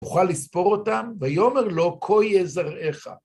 אוכל לספור אותם, ויאמר לו, כה יהיה זרעך